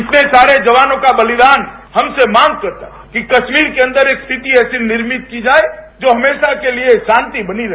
इतने सारे जवानों का बलिदान हमसे मांग करता है कि कश्मीर के अंदर एक स्थिति ऐसी निर्मित की जाए जो हमेशा के लिए शांति बनी रहे